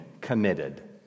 committed